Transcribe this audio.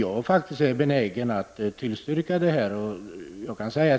Jag är faktiskt också benägen att tillstyrka det han säger.